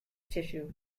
tissue